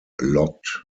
locked